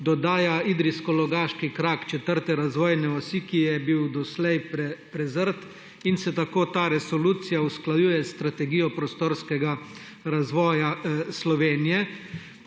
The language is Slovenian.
dodaja idrijsko logaški krak četrte razvojne osi, ki je bil doslej prezrt in se tako ta resolucija usklajuje strategijo prostorskega razvoja Slovenije.